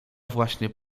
właśnie